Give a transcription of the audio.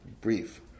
brief